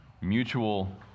mutual